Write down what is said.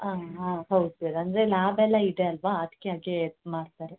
ಹಾಂ ಹಾಂ ಹೌದು ಸರ್ ಅಂದರೆ ಲ್ಯಾಬೆಲ್ಲ ಇದೆ ಅಲ್ವಾ ಅದಕ್ಕಾಗಿ ಹೆಚ್ಚು ಮಾಡ್ತಾರೆ